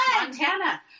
Montana